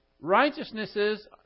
righteousnesses